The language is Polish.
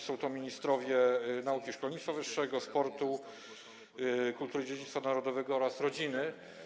Są to ministrowie: nauki i szkolnictwa wyższego, sportu, kultury i dziedzictwa narodowego oraz rodziny.